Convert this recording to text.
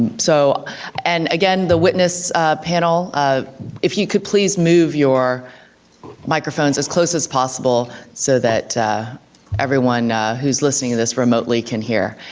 and so and again, the witness panel, ah if you could please move your microphones as close as possible so that everyone who's listening to this remotely can hear.